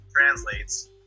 translates